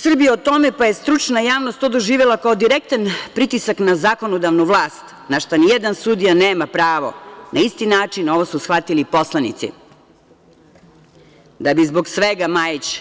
Srbija o tome, pa i stručna javnost, to je doživela kao direktan pritisak na zakonodavnu vlast, na šta nijedan sudija nema pravo, na isti način ovo su shvatili i poslanici, da bi zbog svega Majić